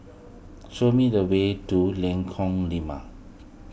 show me the way to Lengkong Lima